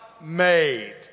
made